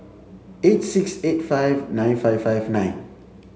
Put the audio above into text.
eight six eight five nine five five nine